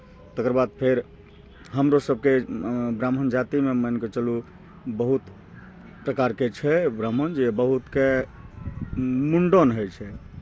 तकर बाद फेर हमरो सभके ब्राह्मण जातिमे मानि कऽ चलू बहुत प्रकारके छै ब्राह्मण जे बहुतके मुण्डन होइ छै